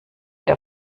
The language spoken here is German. der